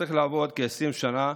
צריך לעבוד כ-20 שנה,